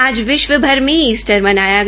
आज विश्वभर में इस्टर मनाया गया